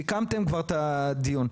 סיכמתם כבר את הדיון.